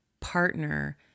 partner